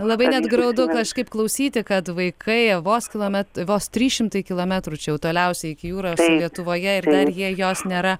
labai net graudu kažkaip klausyti kad vaikai vos kilomet vos trys šimtai kilometrų čia jau toliausiai iki jūros lietuvoje ir dar jie jos nėra